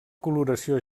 coloració